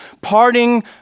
Parting